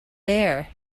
there